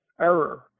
error